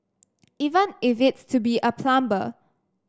even if it's to be a plumber